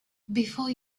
before